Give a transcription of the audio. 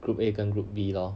group A 跟 group B lor